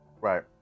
Right